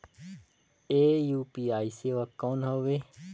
ये यू.पी.आई सेवा कौन हवे?